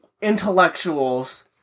intellectuals